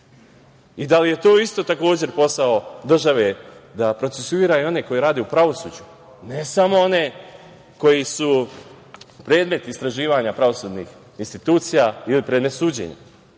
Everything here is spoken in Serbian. li je to isto takođe posao države da procesuira i one koji rade u pravosuđu, ne samo one koji su predmet istraživanja pravosudnih institucija ili predmet suđenja? Prema